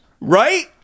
Right